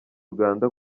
uganda